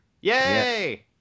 Yay